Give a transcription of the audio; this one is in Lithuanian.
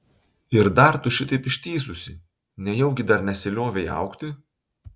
ir dar tu šitaip ištįsusi nejaugi dar nesiliovei augti